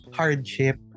hardship